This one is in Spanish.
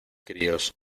críos